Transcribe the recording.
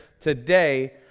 today